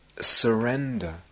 surrender